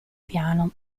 piano